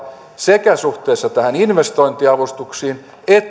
sekä suhteessa investointiavustuksiin että